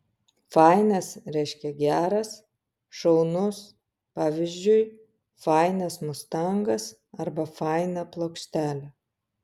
fainas reiškia geras šaunus pavyzdžiui fainas mustangas arba faina plokštelė